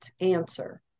answer